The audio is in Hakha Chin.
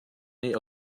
nih